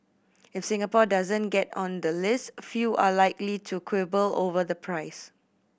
if Singapore doesn't get on the list few are likely to quibble over the price